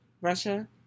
Russia